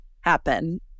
happen